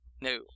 No